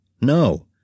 No